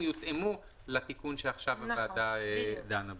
הטפסים יותאמו לתיקון שעכשיו הוועדה דנה בו.